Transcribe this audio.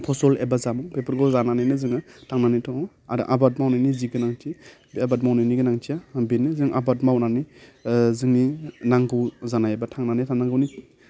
फसल एबा जामुं बेफोरखौ जानानैनो जोङो थांनानै दङ आरो आबाद मावनायनि जि गोनांथि बे आबाद मावनायनि गोनांथिया ओह बिनो जों आबाद मावनानै ओह जोंनि नांगौ जानाय एबा थांनानै थानांगौनि